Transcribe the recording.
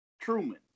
Truman